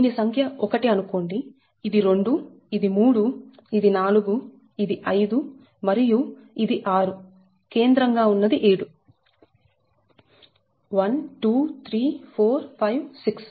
దీని సంఖ్య 1 అనుకోండి ఇది 2 ఇది 3 ఇది 4 ఇది 5 మరియు ఇది 6 కేంద్రం గా ఉన్నది 7 1 2 3 4 5 6